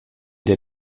der